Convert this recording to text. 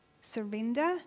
surrender